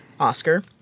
Oscar